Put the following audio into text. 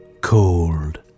cold